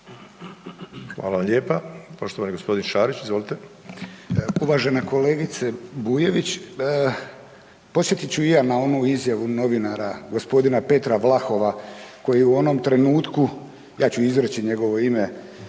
Hvala lijepa. Poštovani g. Šarić, izvolite.